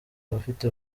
abafite